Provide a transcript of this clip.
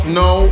no